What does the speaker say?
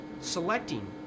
selecting